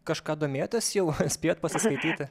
kažką domėjotės jau spėjot pasiskaityti